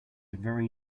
very